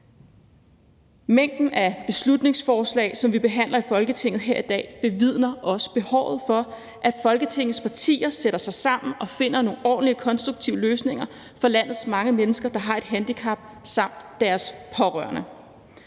Mængden af beslutningsforslag, som vi behandler i Folketinget her i dag, bevidner også behovet for, at Folketingets partier sætter sig sammen og finder nogle ordentlige, konstruktive løsninger for landets mange mennesker, der har et handicap, samt for deres pårørende.